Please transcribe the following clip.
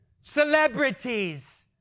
Celebrities